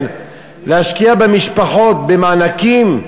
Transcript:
הרבה פחות להשקיע במשפחות במענקים,